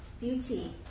Beauty